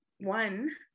One